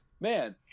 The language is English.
man